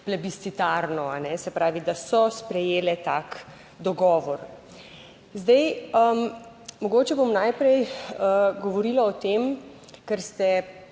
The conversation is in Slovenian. plebiscitarno, se pravi, da so sprejele tak dogovor. Zdaj, mogoče bom najprej govorila o tem, kar ste